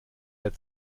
der